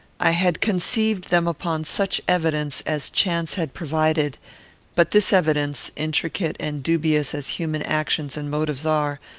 i had conceived them upon such evidence as chance had provided but this evidence, intricate and dubious as human actions and motives are,